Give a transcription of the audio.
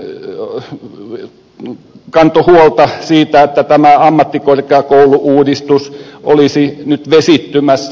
edustaja sarkomaa kantoi huolta siitä että tämä ammattikorkeakoulu uudistus olisi nyt vesittymässä